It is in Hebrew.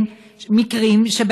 אדוני היושב-ראש,